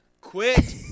quit